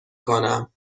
کنم